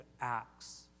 acts